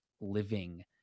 living